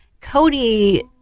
Cody